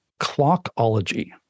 Clockology